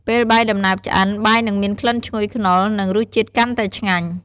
ពេលបាយដំណើបឆ្អិន បាយនិងមានក្លិនឈ្ងុយខ្នុរ និងរសជាតិកាន់តែឆ្ងាញ់។